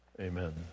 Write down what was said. amen